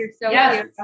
yes